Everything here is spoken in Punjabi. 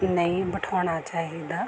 ਨਹੀਂ ਬਿਠਾਉਣਾ ਚਾਹੀਦਾ